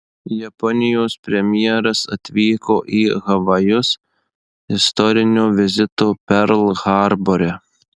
japonijos premjeras atvyko į havajus istorinio vizito perl harbore